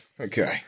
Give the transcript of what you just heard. Okay